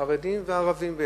חרדים וערבים.